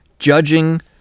Judging